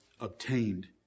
obtained